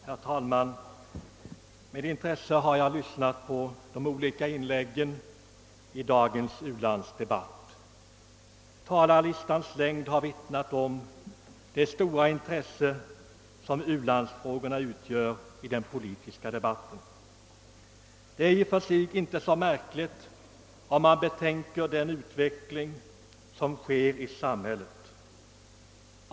Herr talman! Med intresse har jag lyssnat på de olika inläggen i dagens ulandsdebatt. Talarlistans längd har vittnat om det stora intresse som u-landsfrågorna röner i den politiska debatten. Detta är i och för sig inte så märkligt om man betänker den utveckling som sker i samhället.